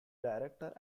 director